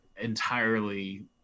entirely